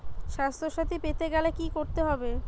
স্বাস্থসাথী পেতে গেলে কি করতে হবে?